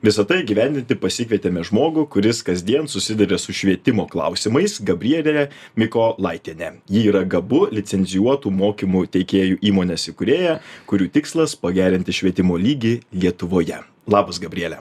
visa tai įgyvendinti pasikvietėme žmogų kuris kasdien susiduria su švietimo klausimais gabrielė mikolaitienė ji yra gabu licencijuotų mokymų teikėjų įmonės įkūrėja kurių tikslas pagerinti švietimo lygį lietuvoje labas gabriele